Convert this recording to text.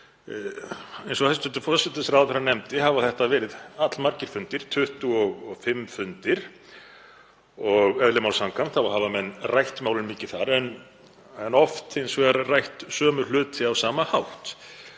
Eins og hæstv. forsætisráðherra nefndi hafa þetta verið allmargir fundir, 25 fundir, og eðli máls samkvæmt hafa menn rætt málin mikið þar en oft hins vegar rætt sömu hluti á sama hátt.